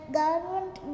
government